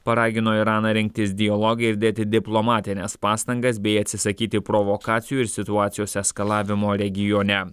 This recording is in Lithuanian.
paragino iraną rinktis dialogą ir dėti diplomatines pastangas bei atsisakyti provokacijų ir situacijos eskalavimo regione